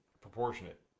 proportionate